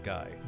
Guy